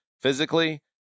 physically